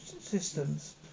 systems